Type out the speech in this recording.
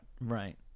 Right